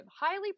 highly